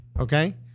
Okay